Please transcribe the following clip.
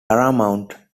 paramount